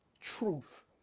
truth